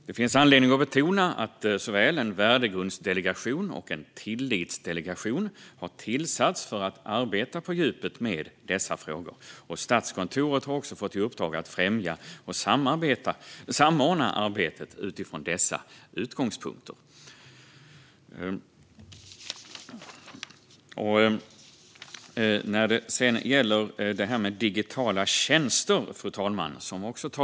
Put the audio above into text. Det finns anledning att betona att såväl en värdegrundsdelegation som en tillitsdelegation har tillsatts för att arbeta på djupet med dessa frågor. Statskontoret har också fått i uppdrag att främja och samordna arbetet utifrån dessa utgångspunkter. Fru talman!